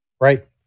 right